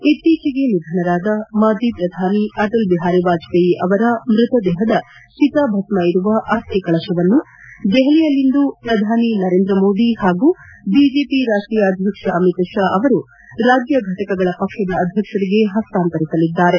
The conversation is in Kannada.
ಹೆಡ್ ಇತ್ತೀಚಿಗೆ ನಿಧನರಾದ ಮಾಜಿ ಪ್ರಧಾನಿ ಅಟಲ್ ಬಿಹಾರ ವಾಜಪೇಯಿ ಅವರ ಮೃತದೇಹದ ಚಿತಾಭಸ್ನ ಇರುವ ಅನ್ನಿ ಕಳಸವನ್ನು ದೆಹಲಿಯಲ್ಲಿಂದು ಪ್ರಧಾನಿ ನರೇಂದ್ರ ಮೋದಿ ಹಾಗೂ ಬಿಜೆಪಿ ರಾಷ್ಷೀಯ ಅಧ್ಯಕ್ಷ ಅಮಿತ್ ಶಾ ಅವರು ರಾಜ್ಞ ಫಟಕಗಳ ಪಕ್ಷದ ಅಧ್ಯಕ್ಷರಿಗೆ ಹಸ್ತಾಂತರಿಸಲಿದ್ದಾರೆ